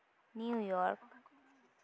New York